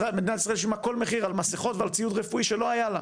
מדינת ישראל שילמה כל מחיר על מסיכות ועל ציוד רפואי שלא היה לה.